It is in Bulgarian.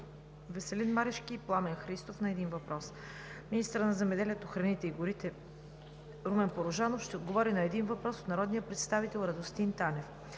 Веселин Марешки и Пламен Христов. 2. Министърът на земеделието, храните и горите Румен Порожанов ще отговори на един въпрос от народния представител Радостин Танев.